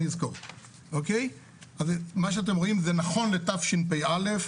מה שאתם רואים זה נכון לתשפ"א.